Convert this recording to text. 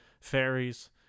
fairies